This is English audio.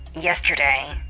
Yesterday